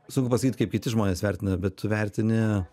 sunku pasakyt kaip kiti žmonės vertina bet tu vertini